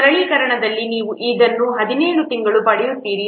ಸರಳೀಕರಣದಲ್ಲಿ ನೀವು ಇದನ್ನು 17 ತಿಂಗಳು ಪಡೆಯುತ್ತೀರಿ